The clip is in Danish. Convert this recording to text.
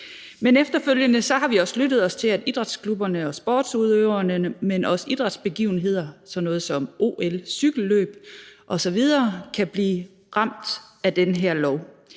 Men efterfølgende har vi også lyttet os til, at idrætsklubberne og sportsudøverne, men også idrætsbegivenheder, f.eks. sådan noget som OL, cykelløb osv., kan blive ramt af den her lov.